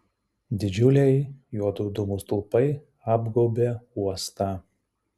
didžiuliai juodų dūmų stulpai apgaubė uostą